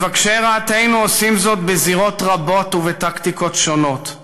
מבקשי רעתנו עושים זאת בזירות רבות ובטקטיקות שונות.